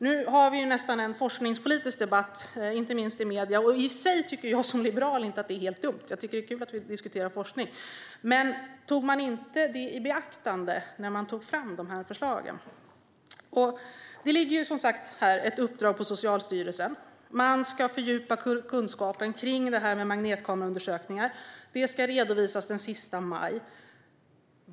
Nu har vi nästan en forskningspolitisk debatt, inte minst i medierna. I och för sig tycker jag som liberal inte att det är helt dumt. Det är kul att vi diskuterar forskning. Men tog man inte det i beaktande när man tog fram förslagen? Det ligger ett uppdrag hos Socialstyrelsen. Man ska fördjupa kunskapen om magnetkameraundersökningar. Det ska redovisas den 31 maj.